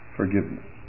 forgiveness